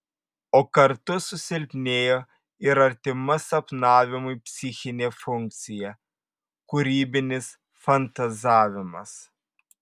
o kartu susilpnėjo ir artima sapnavimui psichinė funkcija kūrybinis fantazavimas